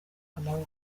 amaboko